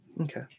Okay